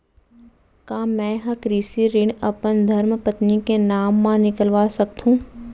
का मैं ह कृषि ऋण अपन धर्मपत्नी के नाम मा निकलवा सकथो?